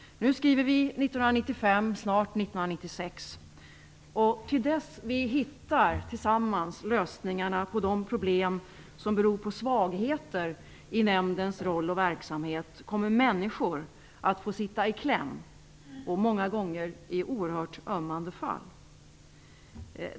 Nu skriver vi 1995, snart 1996. Till dess att vi tillsammans hittar lösningarna på de problem som beror på svagheter i nämndens roll och verksamhet kommer människor att få sitta i kläm, många gånger oerhört ömmande fall.